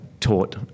taught